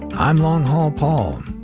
i'm long haul paul,